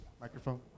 Microphone